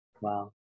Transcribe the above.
Wow